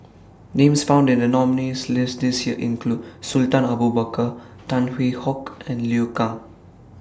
Names found in The nominees' list This Year include Sultan Abu Bakar Tan Hwee Hock and Liu Kang